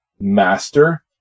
Master